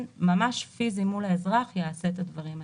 ממש פיזי מול האזרח יעשה את הדברים האלה.